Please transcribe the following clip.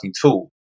tool